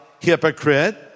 hypocrite